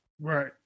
Right